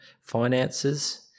finances